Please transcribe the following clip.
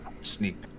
sneak